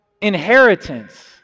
inheritance